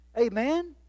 Amen